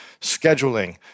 scheduling